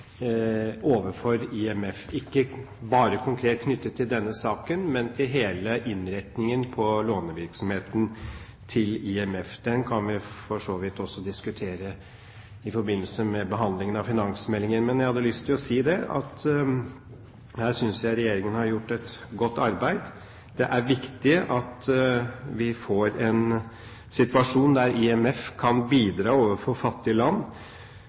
overfor IMF, ikke bare konkret knyttet til denne saken, men til hele innretningen på lånevirksomheten til IMF. Den kan vi for så vidt også diskutere i forbindelse med behandlingen av finansmeldingen. Men jeg hadde lyst til å si at her synes jeg regjeringen har gjort et godt arbeid. Det er viktig at vi får en situasjon der IMF kan bidra overfor fattige land